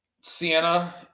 Sienna